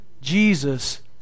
Jesus